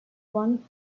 one